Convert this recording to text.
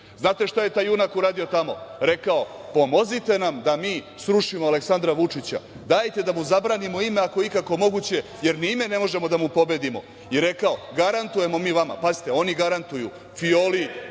Znate šta je taj junak uradio tamo? Rekao – pomozite nam da mi srušimo Aleksandra Vučića. Dajte da mu zabranimo ime ako je ikako moguće, jer ni ime ne možemo da mu pobedimo. I, rekao – garantujemo mi vama. Pazite, oni garantuju Violi,